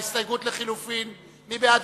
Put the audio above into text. ההסתייגות לחלופין, מי בעד?